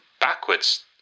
backwards